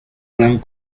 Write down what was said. gran